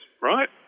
right